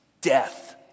death